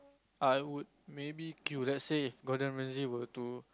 I would maybe queue let's say Gordon-Ramsey were to